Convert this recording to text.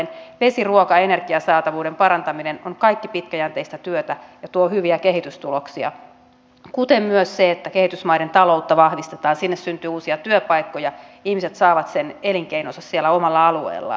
vesi ruoka ja energian saatavuuden parantaminen ovat kaikki pitkäjänteistä työtä joka tuo hyviä kehitystuloksia kuten myös se että kehitysmaiden taloutta vahvistetaan sinne syntyy uusia työpaikkoja ja ihmiset saavat sen elinkeinonsa siellä omalla alueellaan